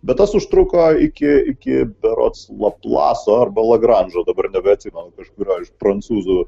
bet tas užtruko iki iki berods laplaso arba lagranžo dabar dabar nebeatsimenu kažkurio iš prancūzų